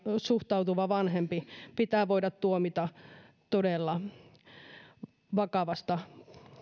suhtautuva vanhempi pitää voida tuomita todella vakavasta